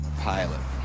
pilot